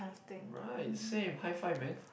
right same high five man